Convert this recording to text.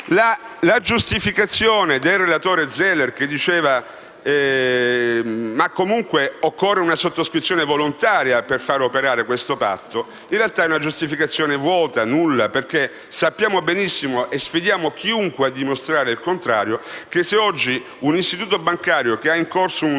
La giustificazione del relatore Zeller, secondo la quale comunque occorre una sottoscrizione volontaria per far operare questo patto, in realtà è una giustificazione vuota, nulla, perché sappiamo benissimo, e sfidiamo chiunque a dimostrare il contrario, che oggi un istituto bancario che ha in corso un